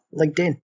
LinkedIn